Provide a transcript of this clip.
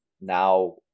now